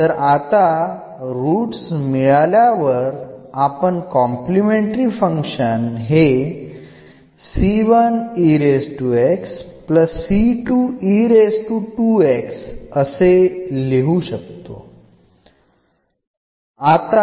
ഇവ ഉള്ളതിനാൽ നമുക്ക് കോംപ്ലിമെൻററി ഫംഗ്ഷൻ എന്ന് എഴുതാം